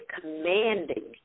commanding